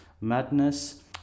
madness